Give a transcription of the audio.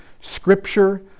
scripture